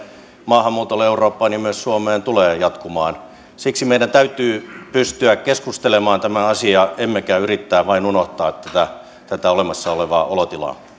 maahanmuuttoon eurooppaan ja myös suomeen tulee jatkumaan siksi meidän täytyy pystyä keskustelemaan tämä asia eikä yrittää vain unohtaa tätä tätä olemassa olevaa olotilaa